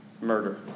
murder